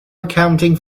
accounting